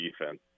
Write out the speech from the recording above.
defense